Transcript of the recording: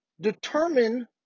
Determine